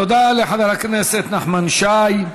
תודה לחבר הכנסת נחמן שי.